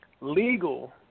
legal